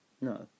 No